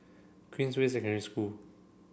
Queensway Secondary School